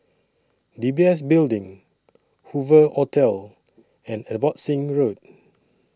D B S Building Hoover Hotel and Abbotsingh Road